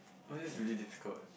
oh that's really difficult leh